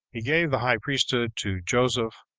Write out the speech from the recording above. he gave the high priesthood to joseph,